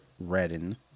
redden